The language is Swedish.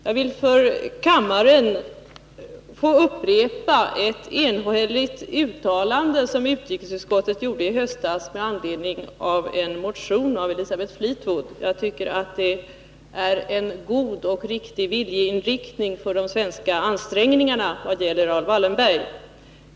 Jag vill för kammaren upprepa ett enhälligt uttalande som utrikesutskottet i höstas gjorde med anledning av en motion av Elisabeth Fleetwood m.fl. Det är en god och riktig viljeinriktning för de svenska ansträngningarna vad gäller Raoul Wallenberg.